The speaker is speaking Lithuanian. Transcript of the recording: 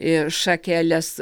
ir šakeles